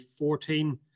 2014